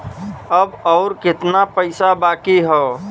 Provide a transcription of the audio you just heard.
अब अउर कितना पईसा बाकी हव?